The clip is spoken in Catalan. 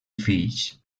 fills